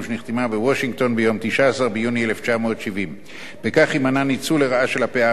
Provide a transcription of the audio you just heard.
ביום 19 ביוני 1970. בכך יימנע ניצול לרעה של פער הזמנים שקיים